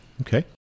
Okay